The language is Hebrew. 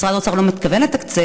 משרד האוצר לא מתכוון לתקצב,